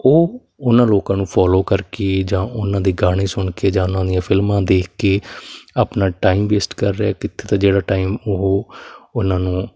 ਉਹ ਉਹਨਾਂ ਲੋਕਾਂ ਨੂੰ ਫੋਲੋ ਕਰਕੇ ਜਾਂ ਉਹਨਾਂ ਦੇ ਗਾਣੇ ਸੁਣ ਕੇ ਜਾਂ ਉਹਨਾਂ ਦੀਆਂ ਫਿਲਮਾਂ ਦੇਖ ਕੇ ਆਪਣਾ ਟਾਈਮ ਵੇਸਟ ਕਰ ਰਿਹਾ ਕਿੱਥੇ ਤਾਂ ਜਿਹੜਾ ਟਾਈਮ ਉਹ ਉਹਨਾਂ ਨੂੰ